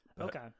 Okay